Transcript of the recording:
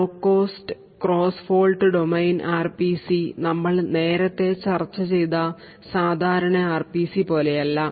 law cost cross fault domain R P C നമ്മൾ നേരത്തെ ചർച്ച ചെയ്ത സാധാരണ ആർ പി സി പോലെയല്ല